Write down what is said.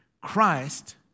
Christ